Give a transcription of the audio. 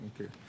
Okay